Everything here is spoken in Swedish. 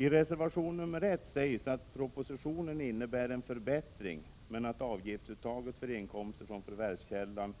I reservation nr 1 sägs att propositionen innebär en förbättring men att avgiftsuttaget för inkomster från förvärvskällorna